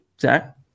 Zach